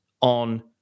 on